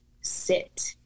sit